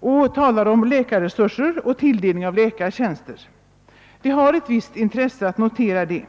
och talar om läkarresurser och tilldelning av läkartjänster. Det är av ett visst intresse att notera detta.